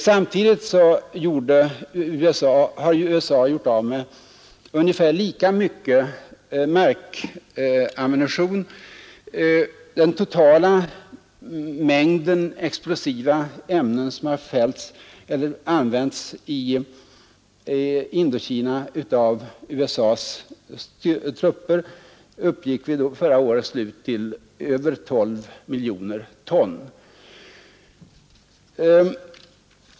Samtidigt har USA gjort av med ungefär lika mycket markammunition. Den totala mängden explosiva ämnen som i Indokina har fällts eller använts av USA:s trupper uppgick vid förra årets slut till över 12 miljoner ton.